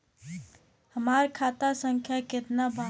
हमार खाता संख्या केतना बा?